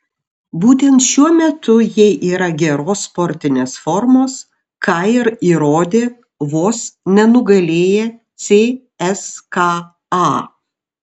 būtent šiuo metu jie yra geros sportinės formos ką ir įrodė vos nenugalėję cska